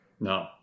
No